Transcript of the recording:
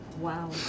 Wow